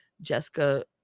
Jessica